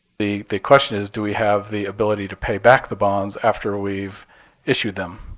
the the question is, do we have the ability to pay back the bonds after we've issued them?